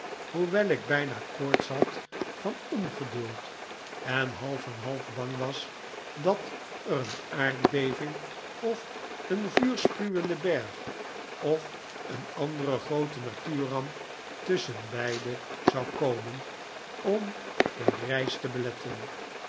hoewel ik bijna koorts had van ongeduld en half en half bang was dat er een aardbeving of een vuurspuwende berg of een andere groote natuurramp tusschenbeide zou komen om de reis te beletten